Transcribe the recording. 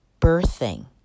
birthing